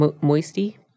Moisty